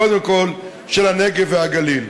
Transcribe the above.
קודם כול של הנגב והגליל.